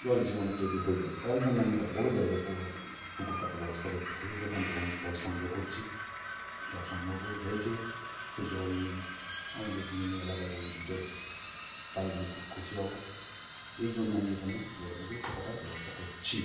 জল জীবনে তৈরি হয়ে যায় তাই জন্য আমি একটা বড়ো জায়গা পুকুর পুকুর কাটার ব্যবস্থা করছি সেই সেখান থেকে আমি জল সংগ্রহ করছি জল সংগ্রহ করে রেখে সেই জল নিয়ে আমাদের বিভিন্ন এলাকায় আমি দিতে পারলে আমি খুব খুশি হব এই জন্য আমি এখানে বড়ো পুকুর কাটার ব্যবস্থা করছি